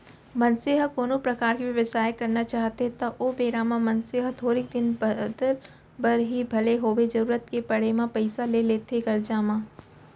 मनसे ह कोनो परकार के बेवसाय करना चाहथे त ओ बेरा म मनसे ह थोरिक दिन बादर बर ही भले होवय जरुरत के पड़े म पइसा ल लेथे करजा म